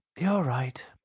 you're right.